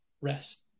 rest